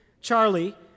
Charlie